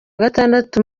gatandatu